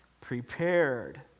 prepared